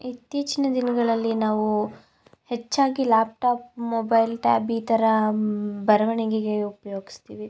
ಇತ್ತೀಚಿನ ದಿನಗಳಲ್ಲಿ ನಾವು ಹೆಚ್ಚಾಗಿ ಲ್ಯಾಪ್ಟಾಪ್ ಮೊಬೈಲ್ ಟ್ಯಾಬ್ ಈ ಥರ ಬರವಣಿಗೆಗೆ ಉಪ್ಯೋಗಿಸ್ತೀವಿ